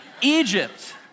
Egypt